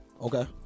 Okay